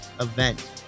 event